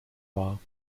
war